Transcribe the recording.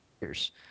years